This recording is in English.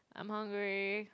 I'm hungry